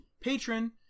patron